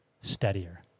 steadier